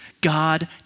God